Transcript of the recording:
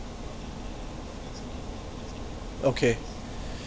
okay